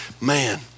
Man